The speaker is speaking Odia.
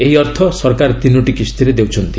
ଏହି ଅର୍ଥ ସରକାର ତିନୋଟି କିସ୍ତିରେ ଦେଉଛନ୍ତି